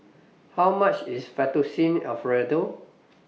How much IS Fettuccine Alfredo